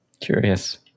Curious